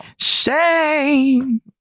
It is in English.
Shame